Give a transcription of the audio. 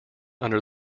under